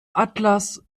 atlas